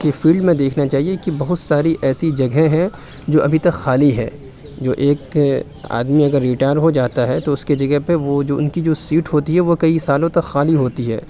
کی فیلڈ میں دیکھنا چاہیے کہ بہت ساری ایسی جگہ ہیں جو ابھی تک خالی ہے جو ایک آدمی اگر ریٹائیر ہو جاتا ہے تو اُس کے جگہ پہ وہ جو اِن کی جو سیٹ ہوتی ہے وہ کئی سالوں تک خالی ہوتی ہے